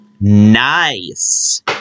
Nice